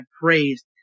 praised